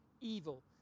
evil